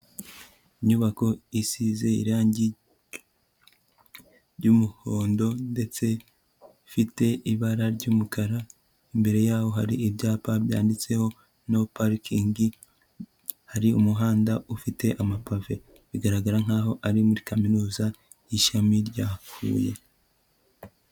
Inyubako isize irangi ry'umuhondo ndetse ifite ibara ry'umukara, imbere yaho hari ibyapa byanditseho no parking, hari umuhanda ufite amapave. Bigaragara nk'aho ari muri kaminuza y'ishami rya Huye.